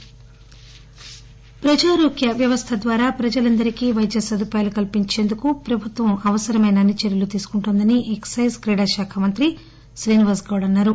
శ్రీనివాస గౌడ్ ప్రజారోగ్య వ్యవస్థ ద్వారా ప్రజలందరికీ పైద్య సదుపాయాలను కల్పించేందుకు ప్రభుత్వం అవసరమైన అన్ని చర్యలు తీసుకుంటున్న దని ఎక్సైజ్ క్రీడా శాఖ మంత్రి శ్రీనివాస్గౌడ్ అన్సారు